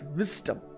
wisdom